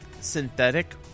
synthetic